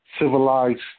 civilized